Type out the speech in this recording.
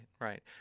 right